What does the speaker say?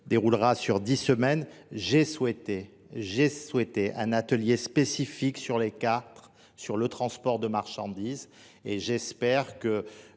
déroulera sur dix semaines, j'ai souhaité, j'ai souhaité un atelier spécifique sur les quatre sur le transport de marchandises et j'espère que